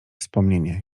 wspomnienie